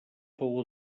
fou